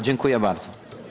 Dziękuję bardzo.